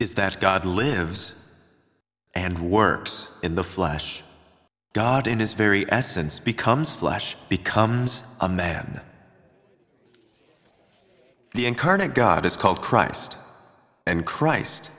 is that god lives and works in the flesh god in his very essence becomes flesh becomes a man the incarnate god is called christ and christ